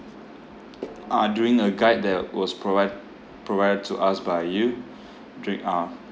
uh during a guide that was provide~ provided to us by you during uh